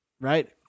right